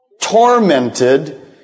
tormented